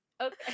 Okay